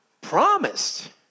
promised